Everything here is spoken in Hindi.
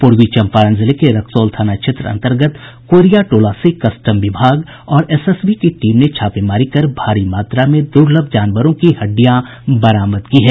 पूर्वी चम्पारण जिले के रक्सौल थाना क्षेत्र अन्तर्गत कोईरिया टोला से कस्टम विभाग और एसएसबी की टीम ने छापेमारी कर भारी मात्रा में दुर्लभ जानवरों की हड्डियां बरामद की है